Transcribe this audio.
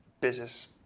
business